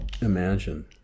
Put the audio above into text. imagine